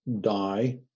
die